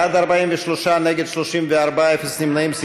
בעד, 43, נגד, 34, אפס נמנעים.